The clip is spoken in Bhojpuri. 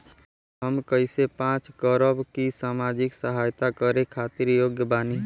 हम कइसे जांच करब की सामाजिक सहायता करे खातिर योग्य बानी?